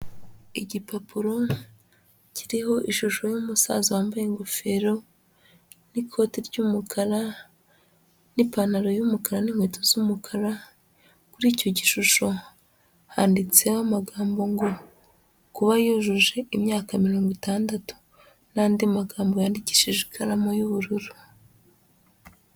Igipapuro kiriho ishusho y'umusaza wambaye ingofero, n'ikoti ry'umukara, n'ipantaro y'umukara, n'inkweto z'umukara, kuri icyo gishusho, handitseho amagambo ngo kuba yujuje imyaka mirongo itandatu n'andi magambo yandikishije ikaramu y'ubururu.